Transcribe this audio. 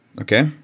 okay